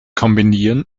kombinieren